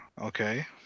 Okay